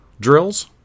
drills